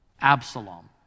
Absalom